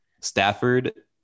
Stafford